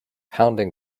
pounding